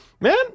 Man